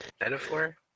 Metaphor